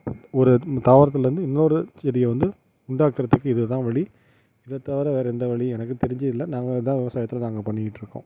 ஒரு தாவரத்துலேருந்து இன்னொரு செடியை வந்து உண்டாக்கிறதுக்கு இது தான் வழி இது தவிர வேறு எந்த வழியும் எனக்கு தெரிஞ்சு இல்லை நாங்கள் இதான் விவசாயத்தில் நாங்கள் பண்ணிட்டுருக்கோம்